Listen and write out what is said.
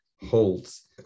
Holds